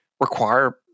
require